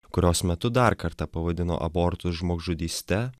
kurios metu dar kartą pavadino abortus žmogžudyste